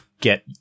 get